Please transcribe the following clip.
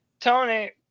Tony